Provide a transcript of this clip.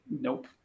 Nope